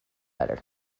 better